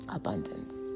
abundance